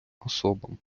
особам